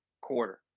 quarter